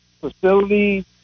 facilities